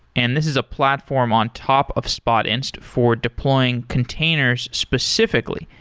and this is a platform on top of spotinst for deploying containers specifically.